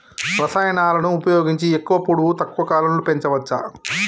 రసాయనాలను ఉపయోగించి ఎక్కువ పొడవు తక్కువ కాలంలో పెంచవచ్చా?